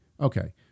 Okay